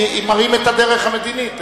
כי אם מראים את הדרך המדינית,